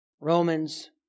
Romans